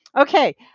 Okay